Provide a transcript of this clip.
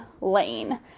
lane